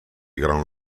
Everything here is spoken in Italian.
gran